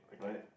right